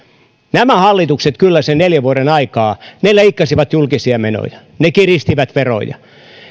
nämä hallitukset kyllä sen neljän vuoden aikaan leikkasivat julkisia menoja ja ne kiristivät veroja